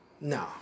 no